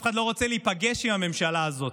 אף אחד לא רוצה להיפגש עם הממשלה הזאת.